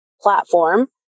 platform